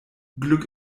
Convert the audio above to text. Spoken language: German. glück